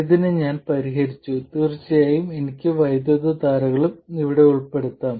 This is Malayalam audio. ഇതിന് ഞാൻ പരിഹരിച്ചു തീർച്ചയായും എനിക്ക് വൈദ്യുതധാരകളും ഇവിടെ ഉൾപ്പെടുത്താം